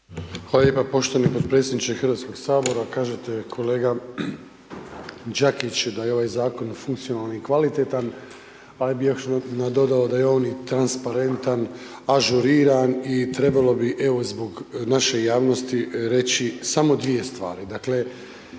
Hvala lijepa poštovani potpredsjedniče Hrvatskog sabora. Kažete kolega Đakić da je ovaj zakona funkcionalan i kvalitetan ali bih još nadodao da je on i transparentan, ažuriran i trebalo evo zbog naše javnosti reći samo dvije stvari.